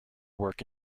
work